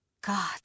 God